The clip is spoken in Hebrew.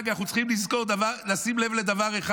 אנחנו צריכים לשים לב לדבר אחד: